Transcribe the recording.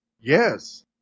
Yes